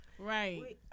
Right